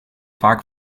vaak